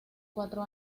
cuatro